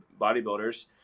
bodybuilders